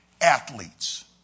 athletes